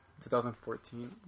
2014